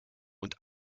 und